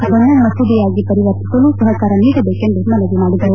ಅದನ್ನು ಮಸೂದೆಯಾಗಿ ಪರಿವರ್ತಿಸಲು ಸಹಕಾರ ನೀಡಬೇಕೆಂದು ಮನವಿ ಮಾಡಿದರು